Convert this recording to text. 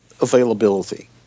availability